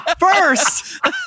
First